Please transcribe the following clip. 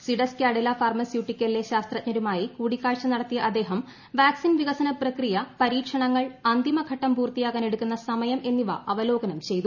സിഡസ് കാഡില ഫാർമ്സ്യൂട്ടിക്കലിലെ ശാസ്ത്രജ്ഞരുമായി കൂടിക്കാഴ്ച്ച ന്ടർത്തിയ അദ്ദേഹം വാക്സിൻ വികസന പ്രക്രിയശ്വരീക്ഷണങ്ങൾ അന്തിമഘട്ടം പൂർത്തിയാകാൻ എടുക്കുന്ന് സമ്യം എന്നിവ അവലോകനം ചെയ്തു